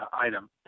item